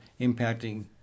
impacting